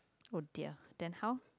oh their then how